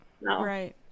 right